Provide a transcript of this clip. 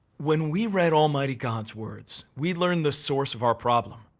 when we read almighty god's words, we learned the source of our problem.